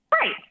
Right